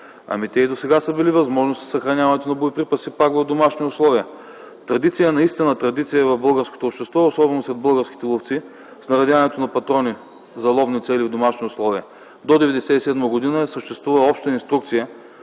ами, те и досега са били възможни със съхраняването на боеприпаси пак в домашни условия. Традиция е в българското общество, особено сред българските ловци, снаредяването на патрони за ловни цели в домашни условия. До 1997 г. съществува обща инструкция,